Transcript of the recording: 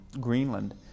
Greenland